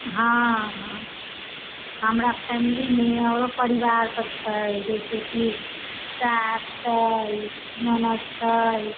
हँ हमरा फैमिली मे आओरो परिवार सब छै जैसे की सास छै ननद छै